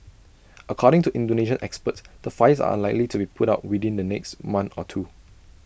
according to Indonesian experts the fires are unlikely to be put out within the next month or two